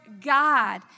God